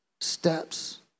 steps